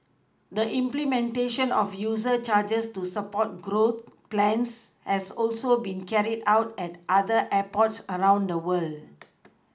the implementation of user charges to support growth plans has also been carried out at other airports around the world